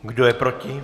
Kdo je proti?